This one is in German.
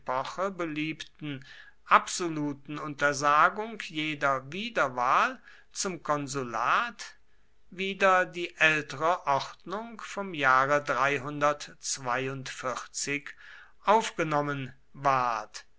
beliebten absoluten untersagung jeder wiederwahl zum konsulat wieder die ältere ordnung vom jahre aufgenommen ward